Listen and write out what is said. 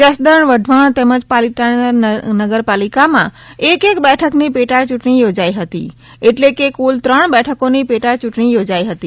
જસદણવઢવાણ તેમજ પાલીતાણા નગરપાલિકામાં એક એક બેઠકની પેટાચૂંટણી યોજાઇ હતી એટલે કે કુલ ત્રણ બેઠકોની પેટાચૂંટણી યોજાઇ હતી